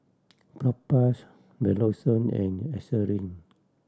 Propass Redoxon and Eucerin